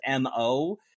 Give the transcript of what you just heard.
mo